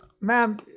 ma'am